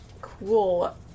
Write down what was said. cool